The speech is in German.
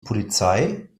polizei